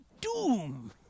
Doom